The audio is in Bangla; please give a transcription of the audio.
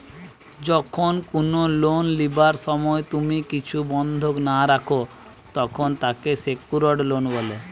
যখন কুনো লোন লিবার সময় তুমি কিছু বন্ধক না রাখো, তখন তাকে সেক্যুরড লোন বলে